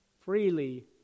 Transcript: Freely